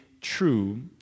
true